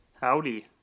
Howdy